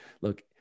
look